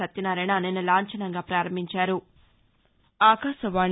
సత్యనారాయణ నిన్న లాంఛనంగా పారంభించారు